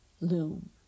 loom